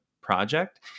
project